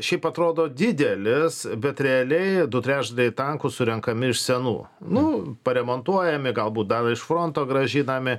šiaip atrodo didelis bet realiai du trečdaliai tankų surenkami iš senų nu paremontuojami galbūt davė iš fronto grąžinami